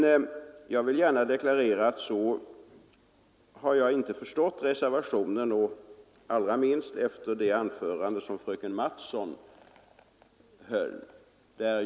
Jag vill gärna deklarera att så har jag inte förstått reservationen, allra minst efter det anförande som fröken Mattson höll.